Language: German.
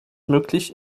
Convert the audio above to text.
möglich